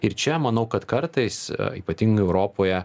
ir čia manau kad kartais ypatingai europoje